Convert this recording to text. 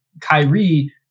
Kyrie